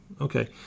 Okay